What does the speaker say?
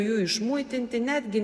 jų išmuitinti netgi